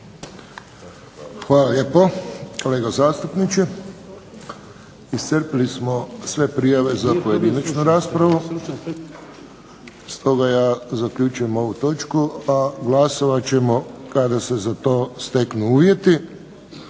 Hvala lijepo kolega zastupniče. Iscrpili smo sve prijave za pojedinačnu raspravu, stoga ja zaključujem ovu točku, a glasovat ćemo kada se za to steknu uvjeti.